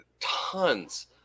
tons